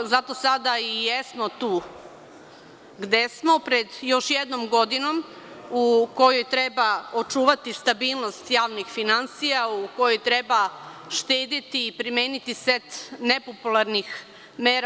Zato sada i jesmo tu gde smo, pred još jednom godinom u kojoj treba očuvati stabilnost javnih finansija, u kojoj treba štedeti, primeniti set nepopularnih mera.